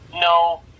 no